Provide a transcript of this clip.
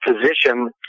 position